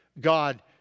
God